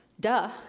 Duh